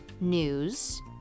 news